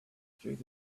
through